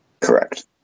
Correct